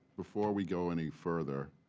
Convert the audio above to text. before we go any further,